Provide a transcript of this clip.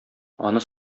аны